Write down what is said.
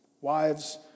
Wives